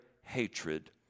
hatred